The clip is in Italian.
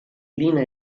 lina